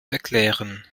erklären